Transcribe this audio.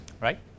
right